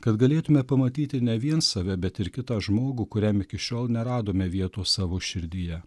kad galėtume pamatyti ne vien save bet ir kitą žmogų kuriam iki šiol neradome vietos savo širdyje